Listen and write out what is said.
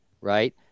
right